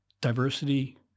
diversity